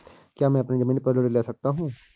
क्या मैं अपनी ज़मीन पर ऋण ले सकता हूँ?